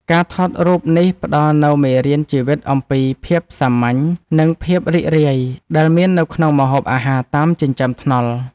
ការថតរូបនេះផ្ដល់នូវមេរៀនជីវិតអំពីភាពសាមញ្ញ និងភាពរីករាយដែលមាននៅក្នុងម្ហូបអាហារតាមចិញ្ចើមថ្នល់។